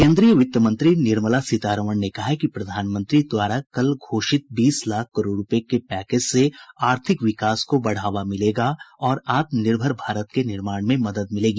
केन्द्रीय वित्त मंत्री निर्मला सीतारामन ने कहा है कि प्रधानमंत्री द्वारा कल घोषित बीस लाख करोड रुपए के पैकेज से आर्थिक विकास को बढावा मिलेगा और आत्मनिर्भर भारत के निर्माण में मदद मिलेगी